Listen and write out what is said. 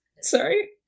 sorry